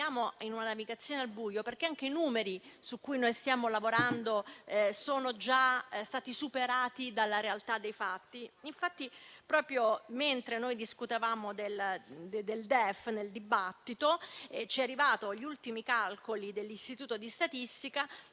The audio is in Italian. anche in una navigazione al buio, perché i numeri su cui stiamo lavorando sono già stati superati dalla realtà dei fatti. Infatti, proprio mentre discutevamo del DEF, ci sono arrivati gli ultimi calcoli dell'Istituto di statistica,